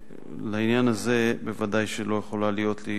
לעניין הזה כמובן לא יכלה להיות לי